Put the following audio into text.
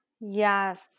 Yes